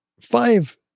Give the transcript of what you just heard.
five